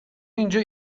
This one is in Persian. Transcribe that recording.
اینجا